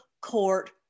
court